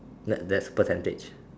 let there's percentage